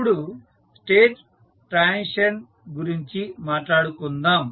ఇప్పుడు state transition equation గురించి మాట్లాడుకుందాం